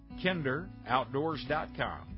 kinderoutdoors.com